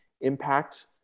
impact